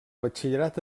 batxillerat